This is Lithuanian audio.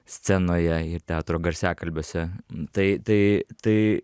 scenoje ir teatro garsiakalbiuose tai tai tai